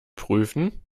prüfen